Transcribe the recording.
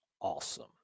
awesome